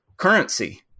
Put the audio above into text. currency